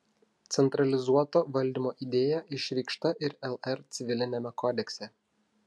centralizuoto valdymo idėja išreikšta ir lr civiliniame kodekse